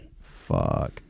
Fuck